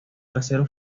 trasero